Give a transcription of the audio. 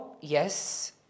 yes